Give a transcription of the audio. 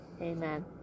Amen